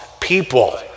people